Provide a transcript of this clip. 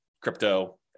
crypto